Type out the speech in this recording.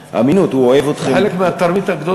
מהאמינות, הוא אוהב אתכם, זה חלק מהתרמית הגדולה.